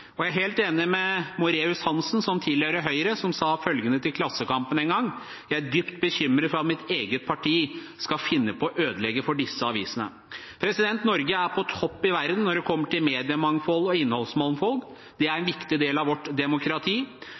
annonseinntektene. Jeg er helt enig med Moræus Hanssen, som tilhører Høyre, som en gang sa følgende til Klassekampen: Jeg er dypt bekymret for at mitt eget parti skal finne på å ødelegge for disse avisene. Norge er på topp i verden når det kommer til mediemangfold og innholdsmangfold. Det er en viktig del av vårt demokrati.